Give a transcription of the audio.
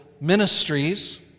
ministries